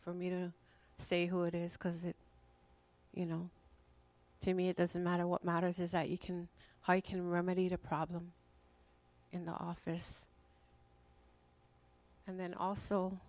for me to say who it is because it you know to me it doesn't matter what matters is that you can i can remedied a problem in the office and then also